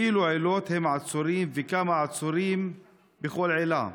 2. באילו עילות הם עצורים וכמה עצורים בכל עילה?